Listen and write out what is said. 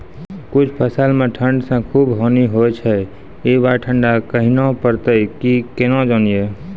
कुछ फसल मे ठंड से खूब हानि होय छैय ई बार ठंडा कहना परतै केना जानये?